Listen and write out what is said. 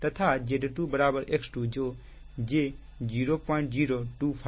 तथा Z2 X2 जो j0025है